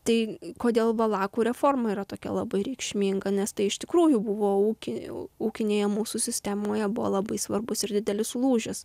tai kodėl valakų reforma yra tokia labai reikšminga nes tai iš tikrųjų buvo ūkinių ūkinėje mūsų sistemoje buvo labai svarbus ir didelis lūžis